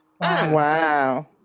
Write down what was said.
Wow